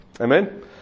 Amen